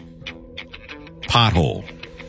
pothole